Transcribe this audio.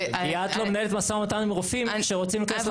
כי את לא מנהלת משא ומתן עם רופאים שרוצים להיכנס לשב"ן.